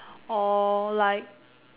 or like